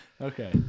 okay